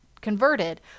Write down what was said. converted